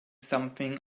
something